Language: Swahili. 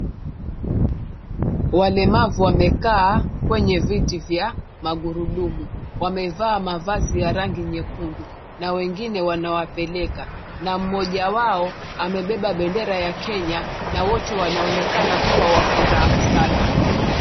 Walemavu wamekaa kwenye viti vya maghurudumu. Wamevaa mavazi ya rangi nyekundu, na wengine wanawapeleka, na mmoja wao amebeba bendera ya Kenya, na wote wanaonekana kuwa wa furaha sana.